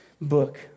book